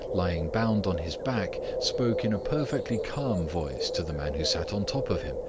lying bound on his back, spoke in a perfectly calm voice to the man who sat on top of him.